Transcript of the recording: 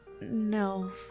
no